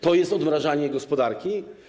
To jest odmrażanie gospodarki?